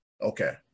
okay